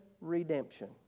redemption